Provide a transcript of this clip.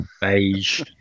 Beige